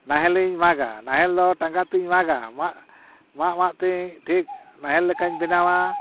ᱱᱟᱦᱮᱞᱤᱧ ᱢᱟᱜᱟ ᱱᱟᱦᱮᱞ ᱫᱚ ᱴᱟᱸᱜᱟ ᱛᱮᱧ ᱢᱟᱜᱟ ᱢᱟᱜᱼᱢᱟᱜ ᱛᱮ ᱴᱷᱤᱠ ᱱᱟᱦᱮᱞ ᱞᱮᱠᱟᱧ ᱵᱮᱰᱱᱟᱣᱟ